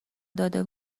داده